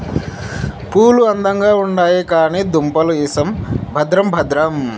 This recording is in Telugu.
పూలు అందంగా ఉండాయి కానీ దుంపలు ఇసం భద్రం భద్రం